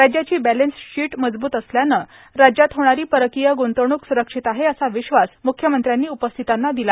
राज्याची बॅलन्सशीट मजबूत असल्यानं राज्यात होणारी परकोय ग्रंतवणूक सुरक्षित आहे असा विश्वास मुख्यमंत्र्यांनी उपस्थितांना दिला